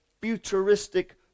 futuristic